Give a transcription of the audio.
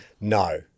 No